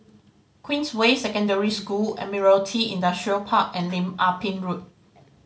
Queensway Secondary School Admiralty Industrial Park and Lim Ah Pin Road